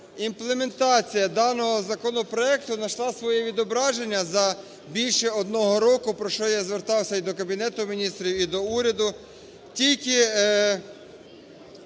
імплементація даного законопроекту найшла своє відображення за більше одного року, про що я звертався і до Кабінету Міністрів, і до уряду,